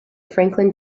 franklin